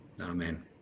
Amen